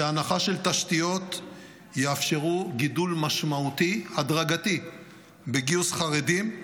והנחה של תשתיות יאפשרו גידול משמעותי הדרגתי בגיוס חרדים.